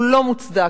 הוא לא מוצדק,